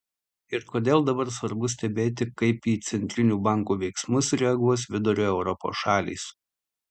ir kodėl dabar svarbu stebėti kaip į centrinių bankų veiksmus reaguos vidurio europos šalys